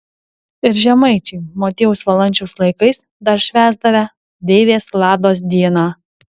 ir žemaičiai motiejaus valančiaus laikais dar švęsdavę deivės lados dieną